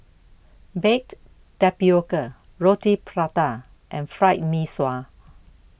Baked Tapioca Roti Prata and Fried Mee Sua